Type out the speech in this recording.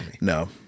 No